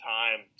time